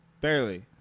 barely